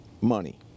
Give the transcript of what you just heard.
money